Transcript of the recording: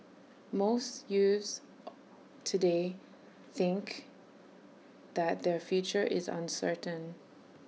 most youths today think that their future is uncertain